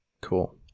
Cool